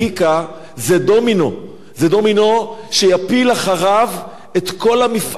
זה דומינו שיפיל אחריו את כל המפעל הלא-קיים הזה,